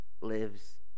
lives